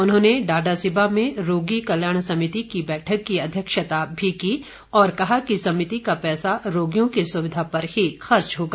उन्होंने बाद में डाडासीबा में रोगी कल्याण समिति की बैठक की अव्यक्षता भी की और कहा कि समिति का पैसा रोगियों की सुविधा पर ही खर्च होगा